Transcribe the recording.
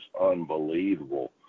unbelievable